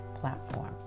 platform